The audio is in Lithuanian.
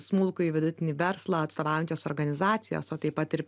smulkųjį vidutinį verslą atstovaujančios organizacijos o taip pat ir